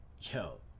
yo